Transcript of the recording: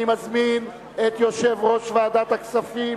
אני מזמין את יושב-ראש ועדת הכספים